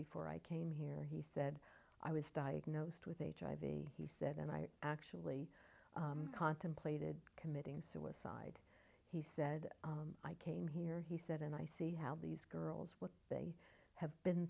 before i came here he said i was diagnosed with hiv he said and i actually contemplated committing suicide he said i came here he said and i see how these girls what they have been